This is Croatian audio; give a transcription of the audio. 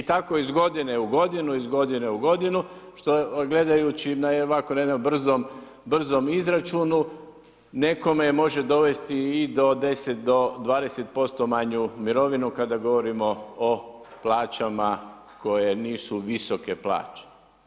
I tako iz godine u godinu, iz godine u godinu što gledajući na jednom ovakvom brzom izračunu, nekome može dovesti i do 10, do 20% manju mirovinu kada govorimo o plaćama koje nisu visoke plaće.